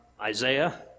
Isaiah